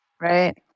right